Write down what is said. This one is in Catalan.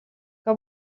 que